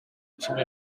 cumi